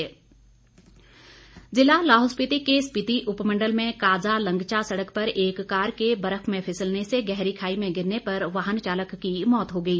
दुर्घटना जिला लाहौल स्पीति के स्पीति उपमंडल में काजा लंगचा सड़क पर एक कार के बर्फ में फिसलने से गहरी खाई में गिरने पर वाहन चालक की मौत हो गई